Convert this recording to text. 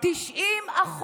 90%,